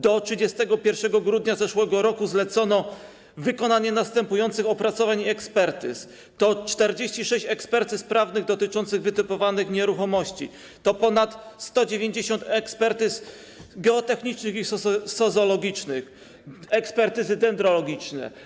Do 31 grudnia zeszłego roku zlecono wykonanie następujących opracowań i ekspertyz: 46 ekspertyz prawnych dotyczących wytypowanych nieruchomości oraz ponad 190 ekspertyz geotechnicznych i sozologicznych, ekspertyz dendrologicznych.